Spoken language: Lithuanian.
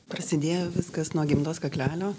prasidėjo viskas nuo gimdos kaklelio